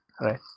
right